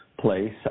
Place